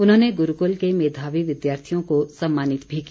उन्होंने गुरूकुल के मेधावी विद्यार्थियों को सम्मानित भी किया